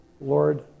Lord